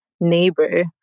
neighbor